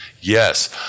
Yes